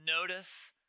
notice